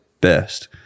best